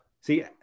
See